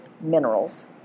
minerals